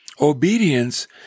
obedience